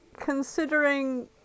considering